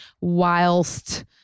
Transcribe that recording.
Whilst